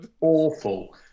awful